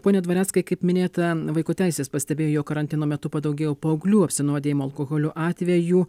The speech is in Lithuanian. pone dvareckai kaip minėta vaikų teisės pastebėjo jog karantino metu padaugėjo paauglių apsinuodijimo alkoholiu atvejų